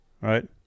right